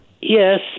Yes